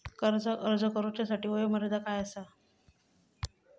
कर्जाक अर्ज करुच्यासाठी वयोमर्यादा काय आसा?